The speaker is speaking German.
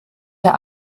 der